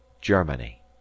Germany